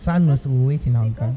sun was always in our